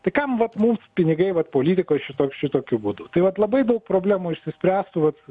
tai kam vat mum pinigai vat politikoj šitoks šitokiu būdu tai vat labai daug problemų išsispręstų vat